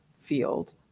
field